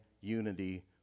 unity